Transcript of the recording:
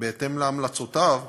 ובהתאם להמלצותיו,